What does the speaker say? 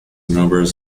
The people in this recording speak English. numbers